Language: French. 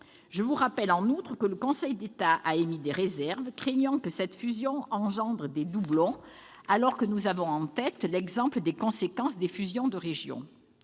Je vous rappelle également que le Conseil d'État a émis des réserves, craignant que cette fusion ne crée des doublons, alors que nous avons en tête l'exemple des conséquences des fusions de régions.